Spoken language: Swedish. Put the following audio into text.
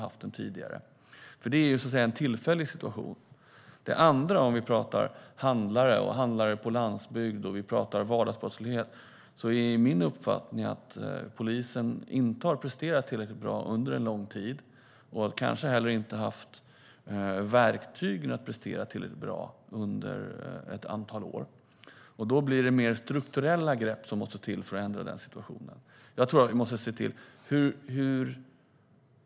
Det handlar om en tillfällig situation. Den andra delen handlar om vardagsbrottslighet - vi pratar handlare på landsbygd och så vidare. Där är det min uppfattning att polisen inte har presterat tillräckligt bra under lång tid och kanske inte heller har haft verktyg för att prestera tillräckligt bra under ett antal år. Det krävs mer strukturella grepp för att ändra den situationen.